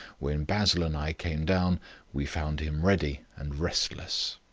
when basil and i came down we found him ready and restless.